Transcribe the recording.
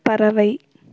பறவை